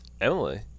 Emily